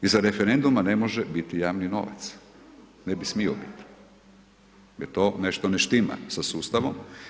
Iza referenduma ne može biti javni novac, ne bi smio biti, jer to nešto ne štima sa sustavom.